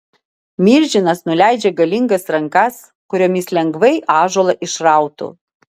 milžinas nuleidžia galingas rankas kuriomis lengvai ąžuolą išrautų